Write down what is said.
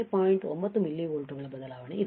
9 ಮಿಲಿವೋಲ್ಟ್ಗಳ ಬದಲಾವಣೆ ಇದೆ